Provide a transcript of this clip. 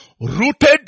Rooted